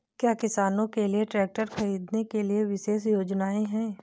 क्या किसानों के लिए ट्रैक्टर खरीदने के लिए विशेष योजनाएं हैं?